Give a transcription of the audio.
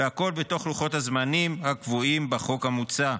והכול בתוך לוחות הזמנים הקבועים בחוק המוצע.